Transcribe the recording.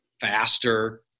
faster